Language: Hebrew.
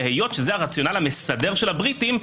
והיות שזה הרציונל המסדר של הבריטים,